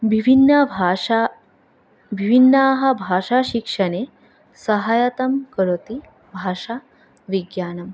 विभिन्नभाषा विभिन्नाः भाषाशिक्षणे सहायतं करोति भाषा विज्ञानं